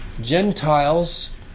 Gentiles